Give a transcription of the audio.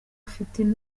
afite